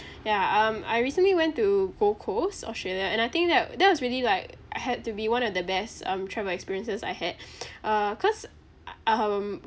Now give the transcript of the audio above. ya um I recently went to gold coast australia and I think that that was really like uh had to be one of the best um travel experiences I had uh cause um